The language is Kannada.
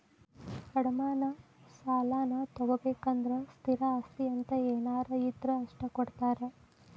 ಅಡಮಾನ ಸಾಲಾನಾ ತೊಗೋಬೇಕಂದ್ರ ಸ್ಥಿರ ಆಸ್ತಿ ಅಂತ ಏನಾರ ಇದ್ರ ಅಷ್ಟ ಕೊಡ್ತಾರಾ